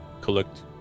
collect